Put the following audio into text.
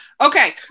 Okay